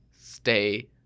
stay